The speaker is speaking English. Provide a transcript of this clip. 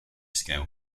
scale